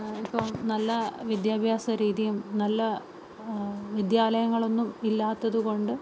ഇപ്പം നല്ല വിദ്യാഭ്യാസരീതിയും നല്ല വിദ്യാലയങ്ങളൊന്നും ഇല്ലാത്തതുകൊണ്ട്